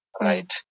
Right